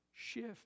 Shift